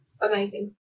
amazing